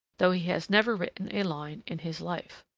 though he has never written a line in his life.